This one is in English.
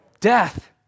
death